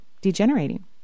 degenerating